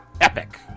epic